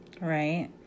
Right